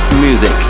Music